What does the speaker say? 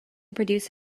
produce